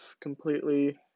completely